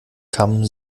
kamen